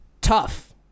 tough